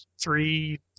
three